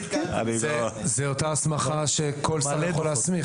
זו אותה הסמכה שכל שר יכול להסמיך.